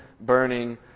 burning